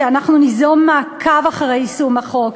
שאנחנו ניזום מעקב אחרי יישום החוק.